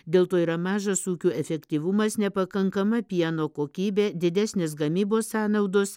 dėl to yra mažas ūkių efektyvumas nepakankama pieno kokybė didesnės gamybos sąnaudos